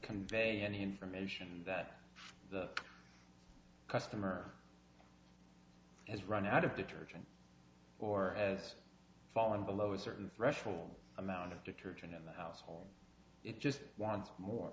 convey any information that the customer has run out of detergent or has fallen below a certain threshold amount of detergent in the household it just wants more